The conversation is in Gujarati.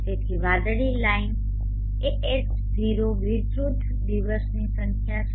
તેથી વાદળી લાઇન એ H0 વિરુદ્ધ દિવસનીસંખ્યા છે